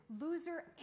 loser